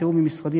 בתיאום עם משרדי,